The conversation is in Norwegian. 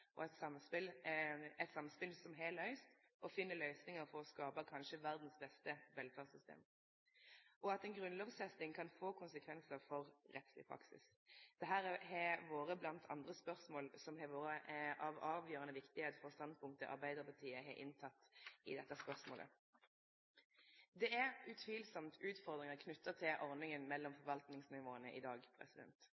eit samspel som har løyst og finn løysingar for å skape kanskje verdas beste velferdssystem, og at ei grunnlovfesting kan få konsekvensar for rettsleg praksis. Dette har bl.a. vore spørsmål som har vore avgjerande viktige for det standpunktet Arbeidarpartiet har teke i dette spørsmålet. Det er utan tvil utfordringar knytte til ordninga mellom